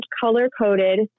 color-coded